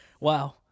wow